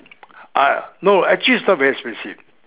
uh no actually it's not very expensive